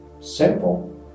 Simple